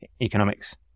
economics